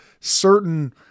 certain